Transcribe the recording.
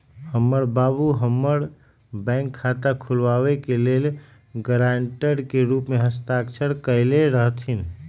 हमर बाबू हमर बैंक खता खुलाबे के लेल गरांटर के रूप में हस्ताक्षर कयले रहथिन